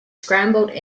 scrambled